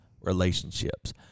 relationships